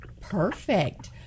Perfect